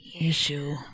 issue